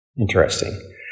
Interesting